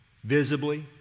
visibly